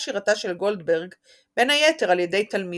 שירתה של גולדברג בין היתר על ידי תלמידיה.